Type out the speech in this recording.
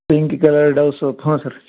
pink colour Dove soap ಹ್ಞೂ sir